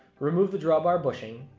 remove the drawbar bushing,